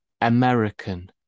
American